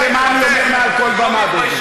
אני אומר לך מה אני חושב ומה אני אומר מעל כל במה הבוקר.